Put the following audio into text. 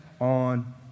on